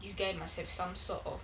this guy must have some sort of